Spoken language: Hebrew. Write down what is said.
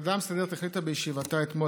הוועדה המסדרת החליטה בישיבתה אתמול